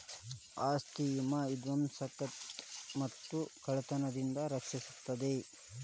ಆಸ್ತಿ ವಿಮೆ ವಿಧ್ವಂಸಕತೆ ಮತ್ತ ಕಳ್ತನದಿಂದ ರಕ್ಷಿಸ್ತದ